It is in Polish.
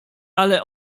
ale